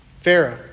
Pharaoh